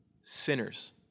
Sinners